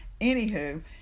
Anywho